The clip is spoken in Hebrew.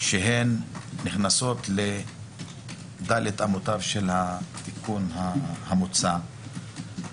שהן נכנסות ל"דל"ת אמותיו" של התיקון המוצע,